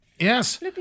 Yes